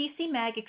PCMag